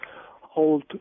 hold